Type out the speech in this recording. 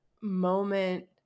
moment